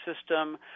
system